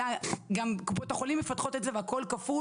אלא גם קופות החולים מפתחות את זה והכל כפול